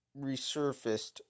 resurfaced